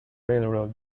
railroad